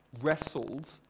wrestled